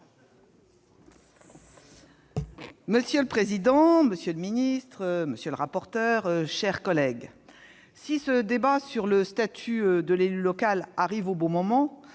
Monsieur le président, monsieur le ministre, chers collègues, si ce débat sur le statut de l'élu local arrive au bon moment,